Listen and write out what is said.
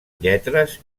lletres